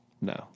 no